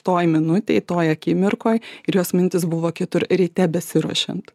toji minutėj toj akimirkoj ir jos mintys buvo kitur ryte besiruošiant